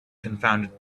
confounded